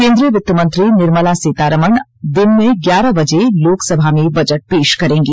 केन्द्रीय वित्तमंत्री निर्मला सीतारामण दिन में ग्यारह बजे लोकसभा में बजट पेश करेंगी